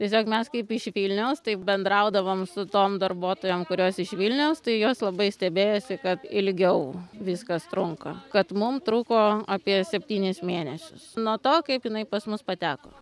tiesiog mes kaip iš vilniaus taip bendraudavom su tom darbuotojom kurios iš vilniaus tai jos labai stebėjosi kad ilgiau viskas trunka kad mum trūko apie septynis mėnesius nuo to kaip jinai pas mus pateko